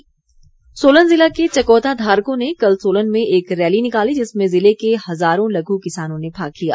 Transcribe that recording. किसान रैली सोलन जिला के चकौता धारकों ने कल सोलन में एक रैली निकाली जिसमें जिले के हजारों लघु किसानों ने भाग लिया